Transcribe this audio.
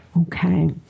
Okay